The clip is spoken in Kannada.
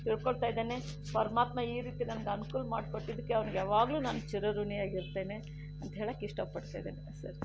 ತಿಳ್ಕೊಳ್ತಾ ಇದ್ದೇನೆ ಪರಮಾತ್ಮ ಈ ರೀತಿ ನನಗೆ ಅನುಕೂಲ ಮಾಡಿಕೊಟ್ಟಿದಕ್ಕೆ ಅವನಿಗೆ ಯಾವಾಗಲೂ ನಾನು ಚಿರಋಣಿ ಆಗಿರ್ತೇನೆ ಅಂತ ಹೇಳೋಕ್ಕೆ ಇಷ್ಟಪಡ್ತಾ ಇದ್ದೇನೆ ಸರಿ